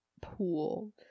pool